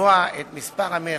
לקבוע את מספרם המרבי,